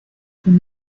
con